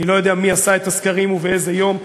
אני לא יודע מי עשה את הסקרים ובאיזה יום.